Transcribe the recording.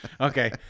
Okay